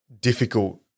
difficult